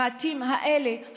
המעטים האלה,